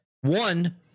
one